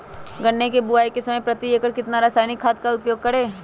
गन्ने की बुवाई के समय प्रति एकड़ कितना रासायनिक खाद का उपयोग करें?